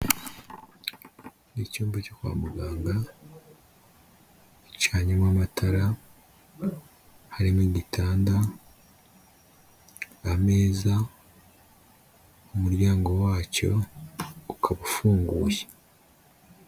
Ni icyumba cyo kwa muganga, gicanyemo amatara, harimo igitanda, ameza, umuryango wacyo ukaba ufunguye.